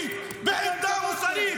הילדים.